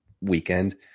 weekend